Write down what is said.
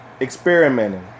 Experimenting